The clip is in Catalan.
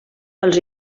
els